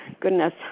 goodness